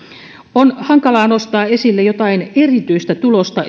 on hankalaa nostaa esille jotain erityistä tulosta